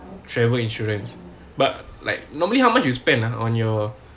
travel insurance but like normally how much you spend ah on your